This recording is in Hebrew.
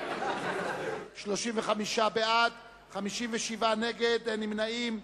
, אין נמנעים.